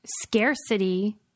scarcity